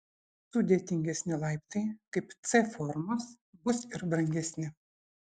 sudėtingesni laiptai kaip c formos bus ir brangesni